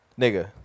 Nigga